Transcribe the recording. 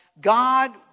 God